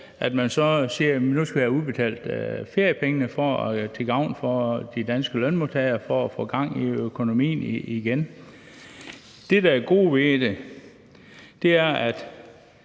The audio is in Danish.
at man så siger: Nu skal vi have udbetalt feriepengene til gavn for de danske lønmodtagere for at få gang i økonomien igen. Det, der er det gode ved det, er, at